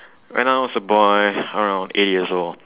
when I was a boy around eight years old